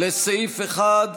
לסעיף 1,